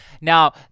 Now